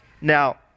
now